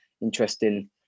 interesting